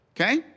Okay